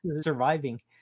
surviving